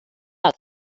out